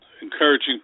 Encouraging